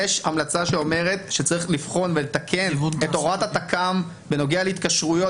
יש המלצה שאומרת שצריך לבחון ולתקן את הוראת התכ"מ בנוגע להתקשרויות,